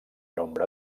nombre